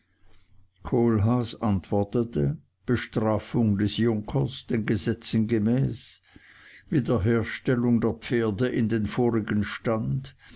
kohlhaas antwortete bestrafung des junkers den gesetzen gemäß wiederherstellung der pferde in den vorigen stand